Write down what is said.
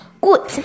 Good